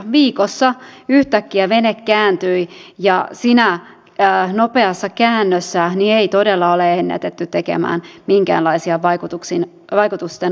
viikossa yhtäkkiä vene kääntyi ja siinä nopeassa käännössä ei todella ole ennätetty tekemään minkäänlaisia vaikutusten arviointeja